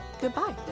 goodbye